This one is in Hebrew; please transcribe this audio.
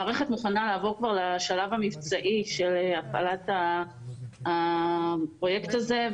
המערכת מוכנה לעבור כבר לשלב המבצעי של הפעלת הפרויקט הזה.